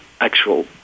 actual